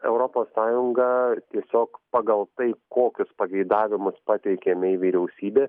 europos sąjungą tiesiog pagal tai kokius pageidavimus pateikė mei vyriausybė